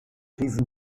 riefen